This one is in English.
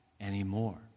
anymore